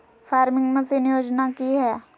Farming machine योजना कि हैय?